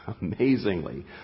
amazingly